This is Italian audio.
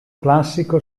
classico